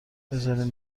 بزارین